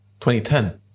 2010